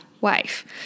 wife